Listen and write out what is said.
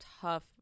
tough